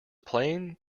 plain